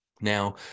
Now